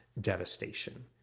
devastation